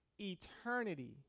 eternity